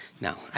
No